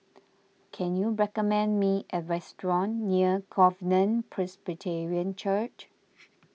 can you recommend me a restaurant near Covenant Presbyterian Church